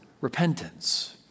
repentance